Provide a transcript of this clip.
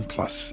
Plus